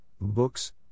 books